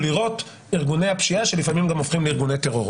לירות ארגוני הפשיעה שלפעמים גם הופכים לארגוני טרור,